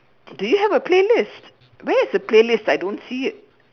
do you have a playlist where is the playlist I don't see it